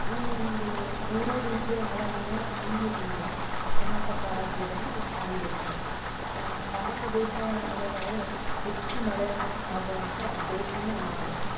ಈ ಒಂದು ಮೂರೂ ರೀತಿಯ ಹವಾಮಾನ ಈ ಒಂದು ಕರ್ನಾಟಕ ರಾಜ್ಯದಲ್ಲಿ ಹೊಂದಿರುತ್ತೆ ಭಾರತ ದೇಶ ಹೇಳೋದಾದ್ರೆ ಹೆಚ್ಚು ಮಳೆ ಅನ್ ಆಗೋ ಅಂಥ ದೇಶನೂ ಆಗಿರುತ್ತೆ